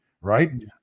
right